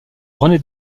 rené